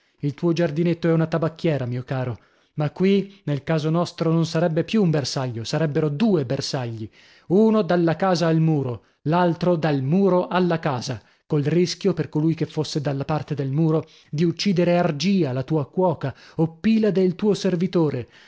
il tuo giardinetto è una tabacchiera mio caro ma qui nel caso nostro non sarebbe più un bersaglio sarebbero due bersagli uno dalla casa al muro l'altro dal muro alla casa col rischio per colui che fosse dalla parte del muro di uccidere argia la tua cuoca o pilade il tuo servitore